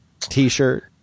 T-shirt